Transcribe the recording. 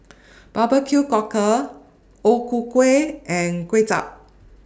Barbecued Cockle O Ku Kueh and Kuay Chap